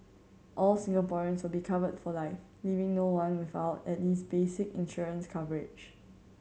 all Singaporeans will be covered for life leaving no one without at least basic insurance coverage